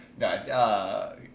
No